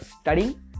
studying